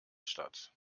statt